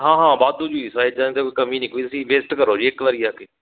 ਹਾਂ ਹਾਂ ਵਾਧੂ ਜੀ ਸਾਈਜ਼ਾ ਦੀ ਤਾਂ ਕੋਈ ਕਮੀ ਨਹੀਂ ਕੋਈ ਨਹੀਂ ਤੁਸੀ ਵਿਜ਼ਿਟ ਕਰੋ ਜੀ ਇੱਕ ਵਾਰੀ ਆ ਕੇ